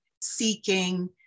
seeking